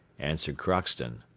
answered crockston.